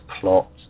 plot